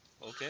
Okay